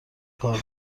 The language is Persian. کار